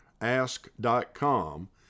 ask.com